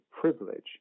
privilege